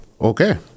Okay